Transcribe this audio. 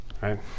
right